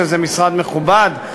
שזה משרד מכובד,